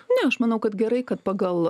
ne aš manau kad gerai kad pagal